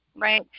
right